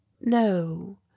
No